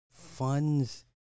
funds